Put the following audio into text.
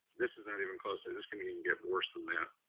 this is not even close to it, this can even get worse than that,